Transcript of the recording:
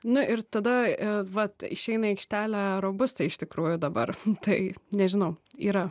nu ir tada vat išeina į aikštelę robusta iš tikrųjų dabar tai nežinau yra